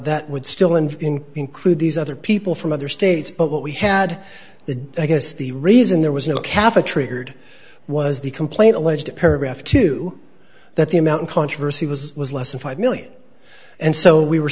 that would still and include these other people from other states but we had the i guess the reason there was no cafe triggered was the complaint alleged to paragraph two that the amount of controversy was was less than five million and so we were